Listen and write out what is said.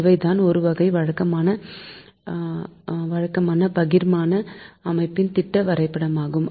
இவைதான் ஒருவகை வழக்கமான பகிர்மான அமைப்பின் திட்ட வரைபடம் ஆகும்